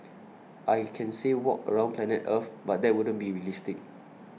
I can say walk around planet Earth but that wouldn't be realistic